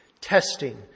testing